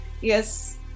yes